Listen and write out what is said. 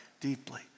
deeply